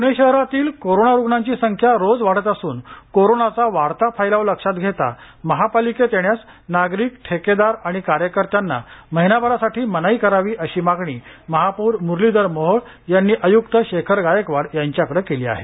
प्णे शहरातील कोरोना रूग्णांची संख्या रोज वाढत असून कोरोनाचा वाढता फैलाव लक्षात घेता पालिकेत येण्यास नागरिक ठेकेदार आणि कार्यकर्त्यांना महिनाभरासाठी मनाई करण्यात यावी अशी मागणी महापौर म्रलीधर मोहोळ यांनी आयुक्त शेखर गायकवाड यांच्याकडे केली आहे